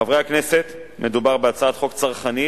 חברי הכנסת, מדובר בהצעת חוק צרכנית,